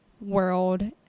world